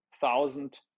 thousand